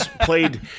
played